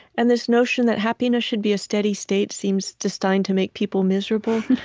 and this notion that happiness should be a steady state seems destined to make people miserable.